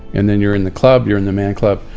and then you're in the club, you're in the man club,